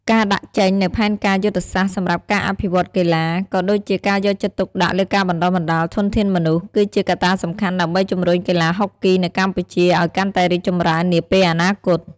ការដាក់ចេញនូវផែនការយុទ្ធសាស្ត្រសម្រាប់ការអភិវឌ្ឍន៍កីឡា ក៏ដូចជាការយកចិត្តទុកដាក់លើការបណ្ដុះបណ្ដាលធនធានមនុស្ស គឺជាកត្តាសំខាន់ដើម្បីជំរុញកីឡាហុកគីនៅកម្ពុជាឲ្យកាន់តែរីកចម្រើននាពេលអនាគត។